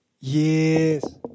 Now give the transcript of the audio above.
Yes